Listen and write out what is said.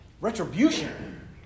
retribution